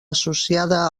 associada